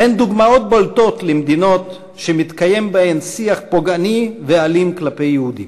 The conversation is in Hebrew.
הן דוגמאות בולטות למדינות שמתקיים בהן שיח פוגעני ואלים כלפי יהודים.